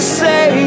say